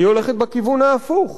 היא הולכת בכיוון ההפוך.